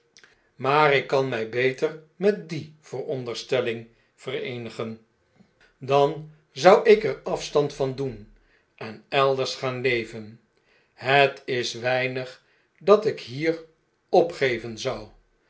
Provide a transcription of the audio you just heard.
maar ik kan my beter met die vooronderstelling vereenigen dan zou ik er afstand van doen en elders gaan leven het is weinig dat ik hier opgeven zou